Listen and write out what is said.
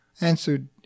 answered